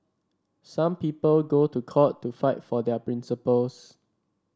some people go to court to fight for their principles